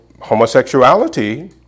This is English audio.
homosexuality